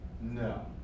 No